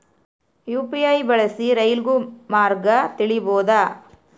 UPI ಬಳಸಿ ರೈಲು ಮಾರ್ಗ ತಿಳೇಬೋದ?